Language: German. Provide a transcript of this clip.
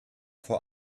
vor